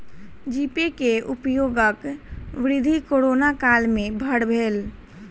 जी pay के उपयोगक वृद्धि कोरोना काल में बड़ भेल